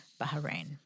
Bahrain